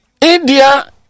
India